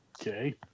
Okay